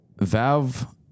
Valve